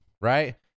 right